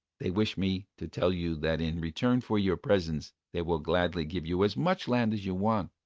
they wish me to tell you that in return for your presents they will gladly give you as much land as you want.